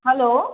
hello